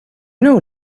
know